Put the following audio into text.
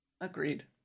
Agreed